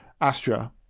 astra